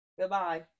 Goodbye